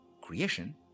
creation